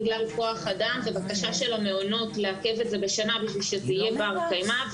בגלל כוח האדם בבקשה של המעונות לעכב את זה בשנה ושתהיה בר קיימא,